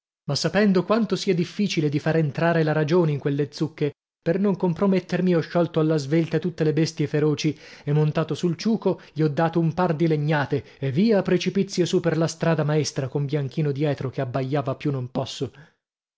ma sapendo quanto sia difficile di far entrar la ragione in quelle zucche per non compromettermi ho sciolto alla svelta tutte le bestie feroci e montato sul ciuco gli ho dato un par di legnate e via a precipizio su per la strada maestra con bianchino dietro che abbaiava a più non posso